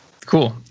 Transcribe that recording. Cool